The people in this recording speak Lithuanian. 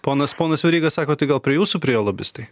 ponas ponas veryga sako tai gal prie jūsų priėjo lobistai